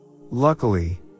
Luckily